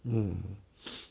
hmm